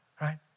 Right